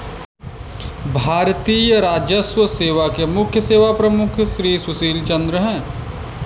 भारतीय राजस्व सेवा के मुख्य सेवा प्रमुख श्री सुशील चंद्र हैं